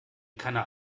keiner